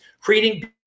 creating